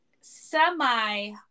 semi